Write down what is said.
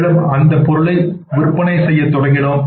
மேலும் அந்தப் பொருளை விற்பனை செய்யத் தொடங்கினோம்